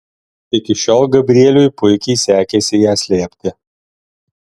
iki šiol gabrieliui puikiai sekėsi ją slėpti